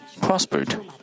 prospered